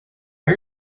are